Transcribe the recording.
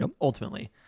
ultimately